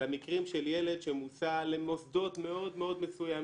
אלא מקרים של ילד שמוסע למוסדות מאוד מאוד מסוימים.